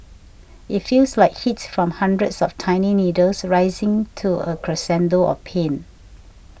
it feels like heat from hundreds of tiny needles rising to a crescendo of pain